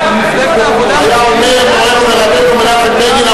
היה אומר מורנו ורבנו מנחם בגין,